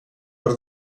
per